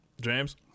James